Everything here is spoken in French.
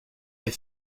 est